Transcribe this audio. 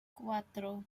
cuatro